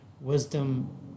wisdom